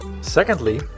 secondly